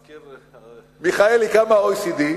מיכאלי, כמה ה-OECD?